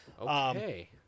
Okay